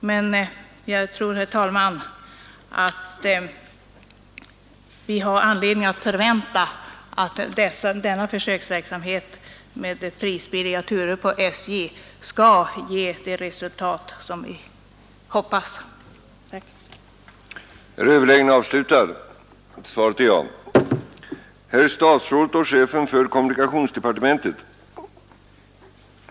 Men jag tror, herr talman, att vi har anledning att förvänta att denna försöksverksamhet med prisbilliga turer på SJ som sker på sträckan Luleå—Stockholm skall ge det resultat som vi hoppas. Skellefteå och Umeå bör snarast få samma alternativ att välja på.